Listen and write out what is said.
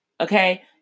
Okay